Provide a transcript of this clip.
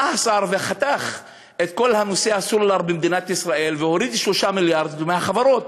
בא השר וחתך את כל נושא הסלולר במדינת ישראל והוריד 3 מיליארד מהחברות,